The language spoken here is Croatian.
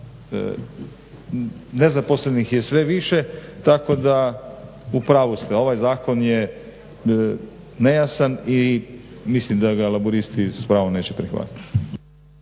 Nezaposlenih je sve više, tako da u pravu ste ovaj zakon je nejasan i mislim da ga Laburisti s pravom neće prihvatiti.